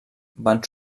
van